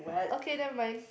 okay never mind